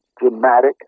dramatic